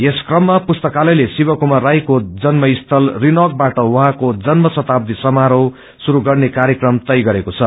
यस क्रममा पुस्तायलयले शिवकुमार राईको जन्मसील रिनाकबाट उशैँको जन्म शताब्दी समारोह श्रुस गर्ने कार्यक्रम तय गरेको छ